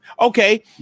Okay